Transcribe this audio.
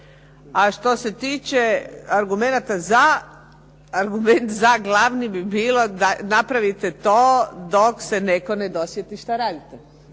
A što se tiče argumenata za, argument za glavni bi bilo da napravite to dok se netko ne dosjeti šta radite.